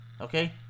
okay